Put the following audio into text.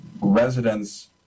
residents